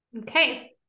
Okay